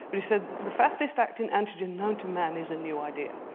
but he said the fastest acting antigen known to man is a new idea.